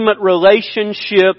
relationship